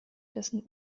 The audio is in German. dessen